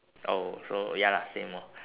oh so ya lah same lor